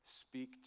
speak